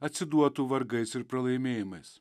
atsiduotų vargais ir pralaimėjimais